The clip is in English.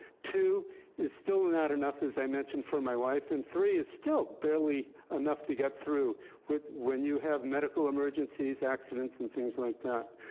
two is still not enough, as i mentioned, for my wife. and three is still barely enough to get through when you have medical emergencies, accidents and things like that.